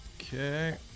okay